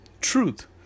truth